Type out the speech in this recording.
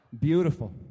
Beautiful